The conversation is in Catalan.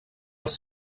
els